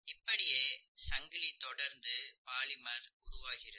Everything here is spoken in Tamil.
இப்படியே சங்கிலி தொடர்ந்து பாலிமர் உருவாகிறது